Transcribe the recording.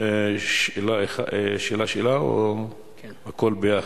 שאלה-שאלה או הכול ביחד?